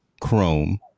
Chrome